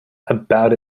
about